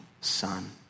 son